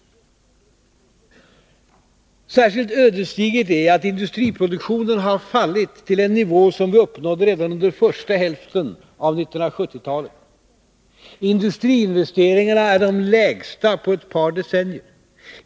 Särskilt ödesdigert är att industriproduktionen har fallit till en nivå som vi uppnådde redan under första hälften av 1970-talet. Industriinvesteringarna är de lägsta på ett par decennier.